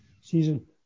season